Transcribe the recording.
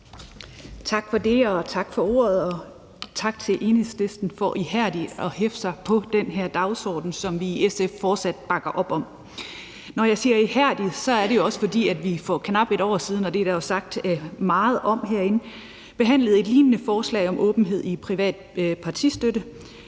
Tak for det. Tak for ordet, og tak til Enhedslisten for ihærdigt at hæfte sig ved den her dagsorden, som vi i SF fortsat bakker op om. Når jeg siger »ihærdigt«, så er det jo også, fordi vi for knap et år siden – og der er blevet sagt meget om det herinde – behandlede et lignende forslag om åbenhed i privat partistøtte.